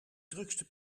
drukste